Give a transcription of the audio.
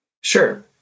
Sure